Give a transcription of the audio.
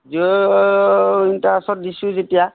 zero ইণ্টাৰেষ্টত দিছোঁ যেতিয়া